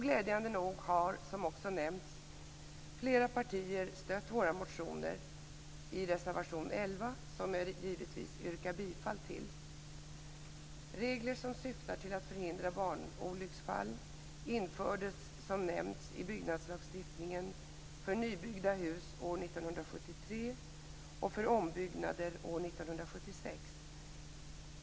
Glädjande nog har, som också nämnts, flera partier stött våra motioner i reservation 11, som jag givetvis yrkar bifall till. Regler som syftar till att förhindra barnolycksfall infördes, som nämnts, i byggnadslagstiftningen för nybyggda hus år 1973 och för ombyggnader år 1976.